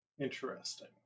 Interesting